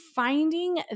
Finding